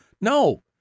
no